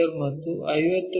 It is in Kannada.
ಮತ್ತು 50 ಮಿ